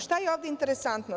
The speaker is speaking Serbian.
Šta je ovde interesantno?